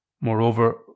Moreover